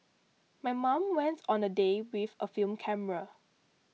my mom went on a day out with a film camera